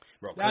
Bro